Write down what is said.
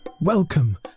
Welcome